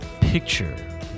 picture